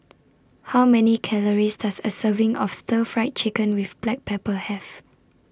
How Many Calories Does A Serving of Stir Fried Chicken with Black Pepper Have